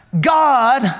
God